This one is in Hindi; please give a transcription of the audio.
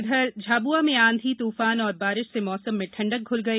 उधर झब्आ में आंधी तूफान और बारिश से मौसम में ठंडक घ्ल गई